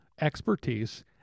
expertise